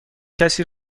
کسی